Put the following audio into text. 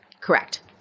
Correct